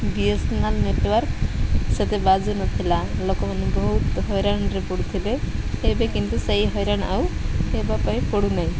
ବି S N L network ସେତେ ବାଜୁ ନଥିଲା ଲୋକମାନେ ବହୁତ ହଇରାଣରେ ପଡ଼ୁଥିଲେ ଏବେ କିନ୍ତୁ ସେଇ ହଇରାଣ ଆଉ ହେବା ପାଇଁ ପଡ଼ୁନାହିଁ